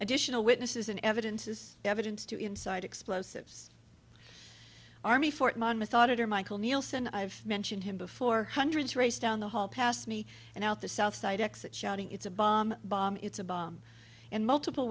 additional witnesses and evidence is evidence to inside explosives army fort monmouth auditor michael neilson i've mentioned him before hundreds raced down the hall past me and out the south side exit shouting it's a bomb bomb it's a bomb and multiple